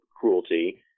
cruelty